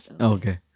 Okay